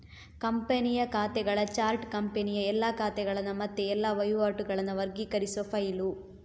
ಕಂಪನಿಯ ಖಾತೆಗಳ ಚಾರ್ಟ್ ಕಂಪನಿಯ ಎಲ್ಲಾ ಖಾತೆಗಳನ್ನ ಮತ್ತೆ ಎಲ್ಲಾ ವಹಿವಾಟುಗಳನ್ನ ವರ್ಗೀಕರಿಸುವ ಫೈಲು